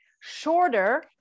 shorter